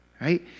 right